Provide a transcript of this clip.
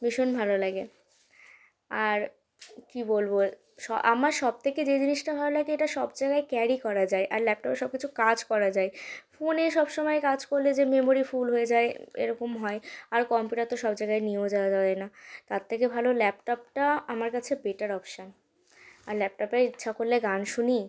ভীষণ ভালো লাগে আর কি বলবো স আমার সব থেকে যে জিনিসটা ভালো লাগে এটা সব জায়গায় ক্যারি করা যায় আর ল্যাপটপে সব কিছু কাজ করা যায় ফোনে সব সময় কাজ করলে যে মেমরি ফুল হয়ে যায় এরকম হয় আর কম্পিউটার তো সব জায়গায় নিয়েও যাওয়া যায় না তার থেকে ভালো ল্যাপটপটা আমার কাছে বেটার অপশান আর ল্যাপটপে ইচ্ছা করলে গান শুনি